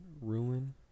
Ruin